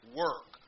work